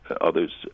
others